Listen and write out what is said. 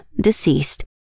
deceased